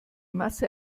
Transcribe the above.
masse